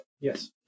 Yes